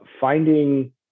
finding